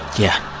yeah,